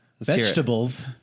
Vegetables